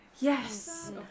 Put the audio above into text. yes